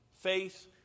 faith